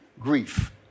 grief